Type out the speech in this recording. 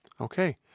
Okay